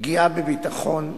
פגיעה בביטחון,